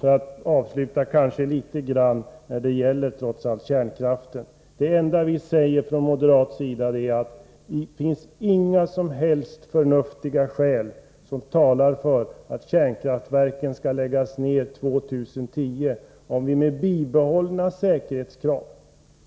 För att avsluta med detta anförande vill jag säga om kärnkraften, att vi moderater hävdar att det inte finns några som helst förnuftiga skäl som talar för att kärnkraftverken skall läggas ned år 2010, om vi — med de bibehållna säkerhetskrav